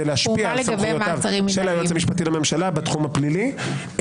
להשפיע על סמכויותיו של היועץ המשפטי לממשלה בתחום הפלילי".